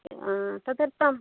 तदर्थं